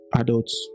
adults